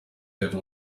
level